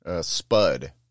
Spud